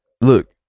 look